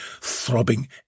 throbbing